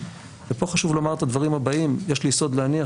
ופה חשוב לומר את הדברים הבאים: יש לי יסוד להניח